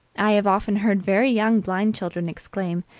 i have often heard very young blind children exclaim,